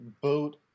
boat